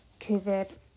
COVID